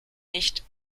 nicht